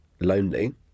lonely